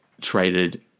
traded